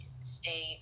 stay